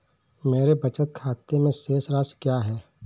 मेरे बचत खाते में शेष राशि क्या है?